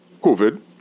COVID